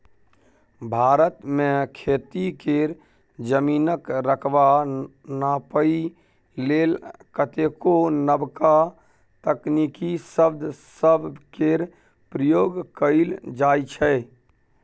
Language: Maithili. भारत मे खेती केर जमीनक रकबा नापइ लेल कतेको नबका तकनीकी शब्द सब केर प्रयोग कएल जाइ छै